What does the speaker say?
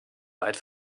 weit